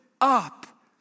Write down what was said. up